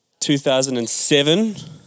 2007